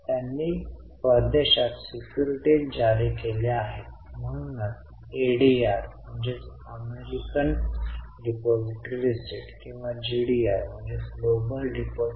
त्यांनी परदेशात सिक्युरिटीज जारी केल्या आहेत म्हणूनच एडीआर किंवा जीडीआर 3